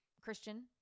Christian